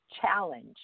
challenge